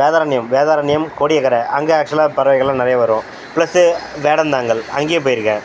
வேதாரண்யம் வேதாரண்யம் கோடியக்கரை அங்கே ஆக்ஷுவலா பறவைகள்லாம் நிறைய வரும் ப்ளஸ்ஸு வேடந்தாங்கல் அங்கேயும் போயிருக்கேன்